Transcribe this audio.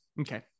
Okay